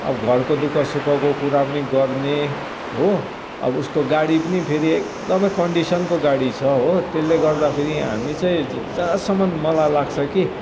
घरको दुःख सुखको कुरा पनि गर्ने हो अब उसको गाडी पनि फेरि एकदमै कन्डिसनको गाडी छ हो त्यसले गर्दा फेरि हामी चाहिँ जहाँसम्म मलाई लाग्छ कि